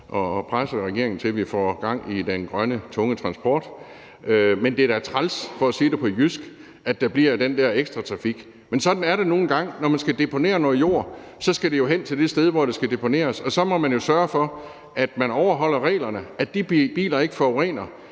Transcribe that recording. Vi presser regeringen til, at vi får gang i den grønne tunge transport. Men det er da træls, for at sige det på jysk, at der bliver den der ekstra trafik, men sådan er det nu engang. Når man skal deponere noget jord, skal det jo hen til det sted, hvor det skal deponeres, og så må man sørge for, at man overholder reglerne, altså at de biler ikke forurener,